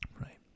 right